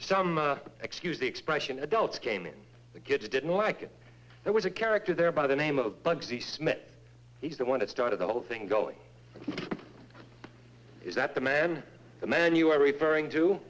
some excuse the expression adults came in the kids didn't like it there was a character there by the name of bugsy smith he's the one that started the whole thing going is that the man the man you are referring to